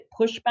pushback